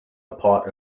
apart